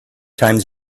times